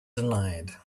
denied